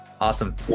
Awesome